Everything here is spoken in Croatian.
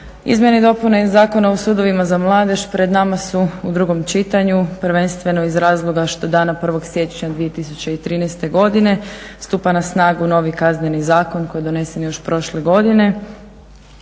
Izmjene i dopune Zakona o sudovima za mladež pred nama su u drugom čitanju prvenstveno iz razloga što dana 1.siječnja 2013.godine stupa na snagu novi Kazneni zakon koji je donesen još prošle godine